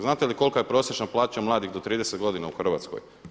Znate li kolika je prosječna mladih do 30 godina u Hrvatskoj?